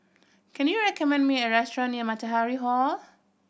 can you recommend me a restaurant near Matahari Hall